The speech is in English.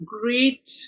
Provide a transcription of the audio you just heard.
great